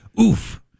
oof